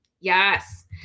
Yes